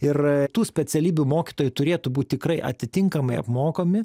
ir tų specialybių mokytojų turėtų būt tikrai atitinkamai apmokami